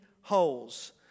holes